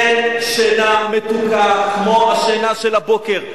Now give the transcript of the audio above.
אין שינה מתוקה כמו השינה של הבוקר.